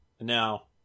Now